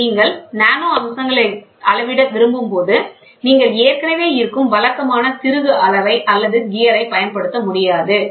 இங்கே நீங்கள் நானோ அம்சங்களை அளவிட விரும்பும்போது நீங்கள் ஏற்கனவே இருக்கும் வழக்கமான திருகு அளவை அல்லது கியரைப் பயன்படுத்த முடியாது